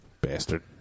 Bastard